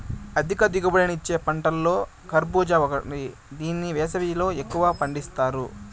అధిక దిగుబడిని ఇచ్చే పంటలలో కర్భూజ ఒకటి దీన్ని వేసవిలో ఎక్కువగా పండిత్తారు